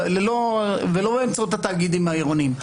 ולא באמצעות התאגידים העירוניים.